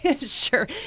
Sure